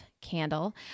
candle